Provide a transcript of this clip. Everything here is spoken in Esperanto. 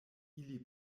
ili